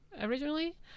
originally